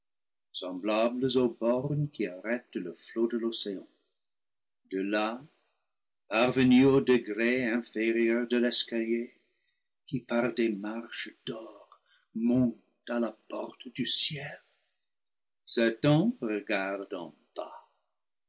semblables aux bornes qui arrêtent le flot de l'océan de là parvenu au degré inférieur de l'escalier qui par des marches d'or monte à la porte du ciel